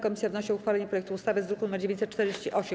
Komisja wnosi o uchwalenie projektu ustawy z druku nr 948.